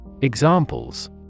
Examples